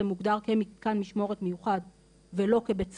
מוגדר כמתקן משמורת מיוחד ולא כבית סוהר,